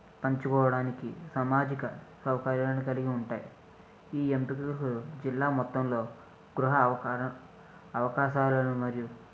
పంచుకోవడానికి సామాజిక సౌకర్యాన్ని కలిగి ఉంటాయి ఈ ఎంపికలకు జిల్లా మొత్తంలో గృహ అవతారాల అవకాశాలను మరియు